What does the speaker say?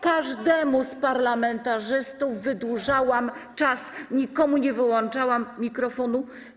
Każdemu z parlamentarzystów wydłużałam czas, nikomu nie wyłączałam mikrofonu.